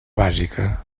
bàsica